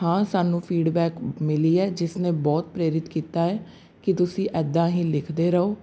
ਹਾਂ ਸਾਨੂੰ ਫੀਡਬੈਕ ਮਿਲੀ ਹੈ ਜਿਸਨੇ ਬਹੁਤ ਪ੍ਰੇਰਿਤ ਕੀਤਾ ਹੈ ਕਿ ਤੁਸੀਂ ਇੱਦਾਂ ਹੀ ਲਿਖਦੇ ਰਹੋ